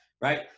right